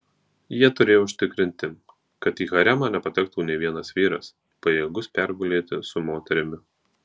jie turėjo užtikrinti kad į haremą nepatektų nė vienas vyras pajėgus pergulėti su moterimi